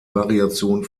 variation